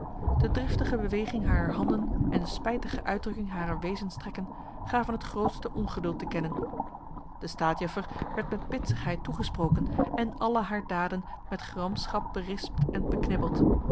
de driftige beweging harer handen en de spijtige uitdrukking harer wezenstrekken gaven het grootste ongeduld te kennen de staatjuffer werd met bitsigheid toegesproken en alle haar daden met gramschap berispt en beknibbeld